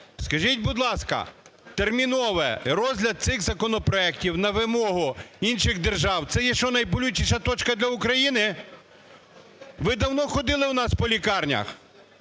Скажіть, будь ласка, термінове розгляд цих законопроектів на вимогу інших держав – це є, що, найболючіша точка для України? Ви давно ходили у нас по лікарнях?